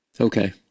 Okay